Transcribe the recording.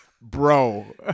Bro